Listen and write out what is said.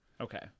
Okay